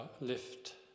Lift